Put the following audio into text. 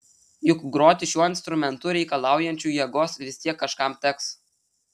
juk groti šiuo instrumentu reikalaujančiu jėgos vis tiek kažkam teks